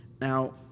Now